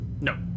No